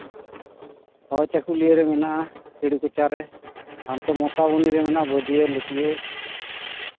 ᱦᱳᱭ ᱪᱟᱹᱠᱩᱞᱤᱭᱟᱹ ᱨᱮ ᱢᱮᱱᱟᱜᱼᱟ ᱠᱤᱰᱩᱠᱚᱪᱟ ᱨᱮ ᱦᱟᱱᱛᱮ ᱢᱚᱥᱟᱵᱚᱱᱤ ᱨᱮ ᱢᱮᱱᱟᱜᱼᱟ ᱵᱟᱹᱫᱭᱟᱹ ᱞᱟᱹᱴᱤᱭᱟᱹ